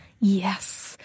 Yes